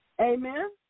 Amen